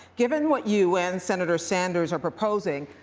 given what you and senator sanders are proposing,